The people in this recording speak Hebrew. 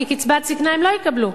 כי קצבת זיקנה הן לא יקבלו,